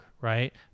right